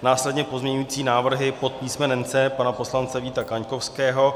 Následně pozměňující návrhy pod písmenem C pana poslance Víta Kaňkovského.